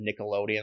Nickelodeon